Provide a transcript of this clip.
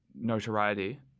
notoriety